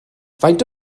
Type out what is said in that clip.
faint